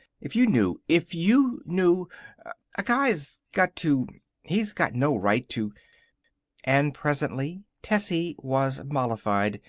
if you knew if you knew a guy's got to he's got no right to and presently tessie was mollified,